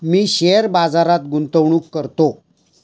मी share बाजारात गुंतवणूक करतो